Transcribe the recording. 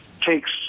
takes